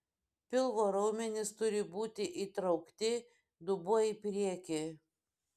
pilvo raumenys turi būti įtraukti dubuo į priekį